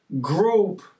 group